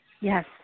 Yes